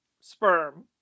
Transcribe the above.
sperm